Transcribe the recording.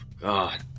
God